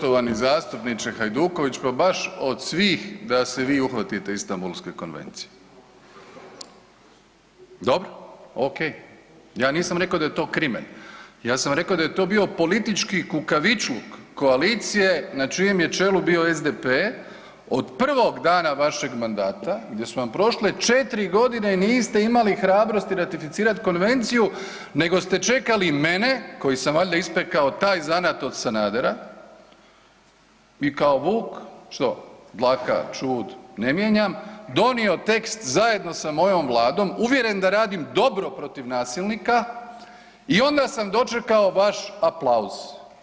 Poštovani zastupniče Hajduković pa baš od svih da se vi uhvatite Istambulske konvencije, dobro, ok, ja nisam rekao da je to krimen, ja sam rekao da je to bio politički kukavičluk koalicije na čijem je čelu bio SDP od prvog dana vašeg mandata gdje su vam prošle 4 godine i niste imali hrabri ratificirati konvenciju nego ste čekali mene koji sam valjda ispekao taj zanat od Sanadera i kao vuk što dlaka, ćud ne mijenjam, donio tekst zajedno sa mojom Vladom uvjeren da radim dobro protiv nasilnika i onda sam dočekao vaš aplauz.